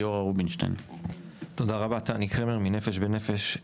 תודה רבה, אני מ"נפש בנפש".